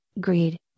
greed